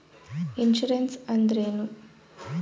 Insurance ಅಂದ್ರೇನು?